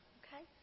okay